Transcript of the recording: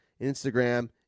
Instagram